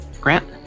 Grant